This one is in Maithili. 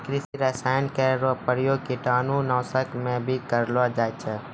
कृषि रसायन केरो प्रयोग कीटाणु नाशक म भी करलो जाय छै